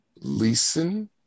Leeson